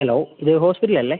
hello ഇത് hospital അല്ലേ